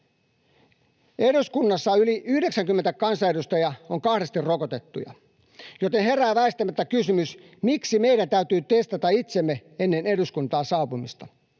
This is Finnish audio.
Eduskunnassa yli 90 prosenttia kansanedustajista on kahdesti rokotettuja, joten herää väistämättä kysymys, miksi meidän täytyy testata itsemme ennen eduskuntaan saapumista.